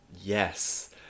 Yes